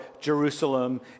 Jerusalem